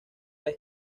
las